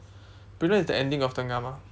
brickland is the ending of tengah mah